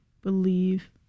believe